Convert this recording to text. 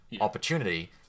opportunity